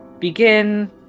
begin